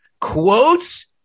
quotes